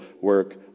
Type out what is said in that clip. work